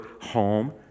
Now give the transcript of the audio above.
home